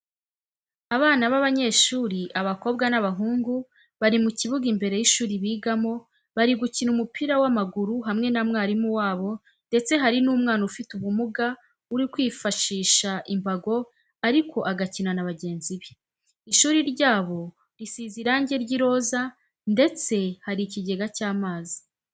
Abana b'abanyeshuri abakobwa n'abahungu bari mu kibuga imbere y'ishuri bigamo bari gukina umupira w'amaguru hamwe na mwarimu wabo ndeste hari n'umwana ufite ubumuga urikwifashisha imbago ariko agakina na bagenzi be. ishuri ryabo risize irangi ry'iroza ndeset hari ikigega cy'amazi.